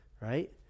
right